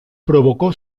provocó